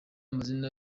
mazina